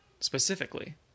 specifically